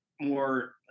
more